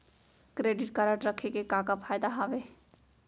Credit card रखे के का का फायदा हवे?